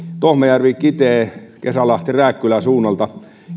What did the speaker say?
tohmajärvi kitee kesälahti rääkkylä suunnalta